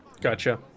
Gotcha